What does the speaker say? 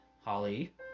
holly